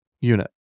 unit